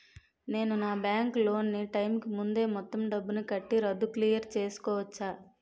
నేను నా bank loan నీ టైం కీ ముందే మొత్తం డబ్బుని కట్టి రద్దు క్లియర్ చేసుకోవచ్చా?